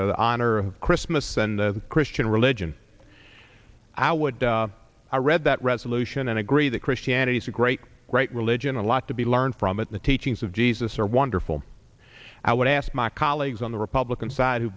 the honor of christmas and the christian religion i would read that resolution and agree that christianity is a great great religion a lot to be learned from at the teachings of jesus are wonderful i would ask my colleagues on the republican side who